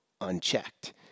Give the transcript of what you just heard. unchecked